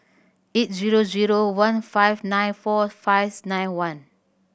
eight zero zero one five nine four fives nine one